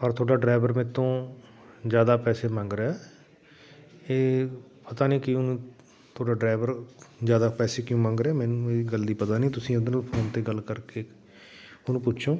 ਪਰ ਤੁਹਾਡਾ ਡਰਾਈਵਰ ਮੈਤੋਂ ਜ਼ਿਆਦਾ ਪੈਸੇ ਮੰਗ ਰਿਹਾ ਇਹ ਪਤਾ ਨਹੀਂ ਕਿਉਂ ਤੁਹਾਡਾ ਡਰਾਈਵਰ ਜ਼ਿਆਦਾ ਪੈਸੇ ਕਿਉਂ ਮੰਗ ਰਿਹਾ ਮੈਨੂੰ ਇਹ ਗੱਲ ਪਤਾ ਨਹੀਂ ਤੁਸੀਂ ਇੱਧਰੋਂ ਫੋਨ 'ਤੇ ਗੱਲ ਕਰਕੇ ਉਹਨੂੰ ਪੁੱਛੋ